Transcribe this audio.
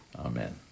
Amen